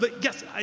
yes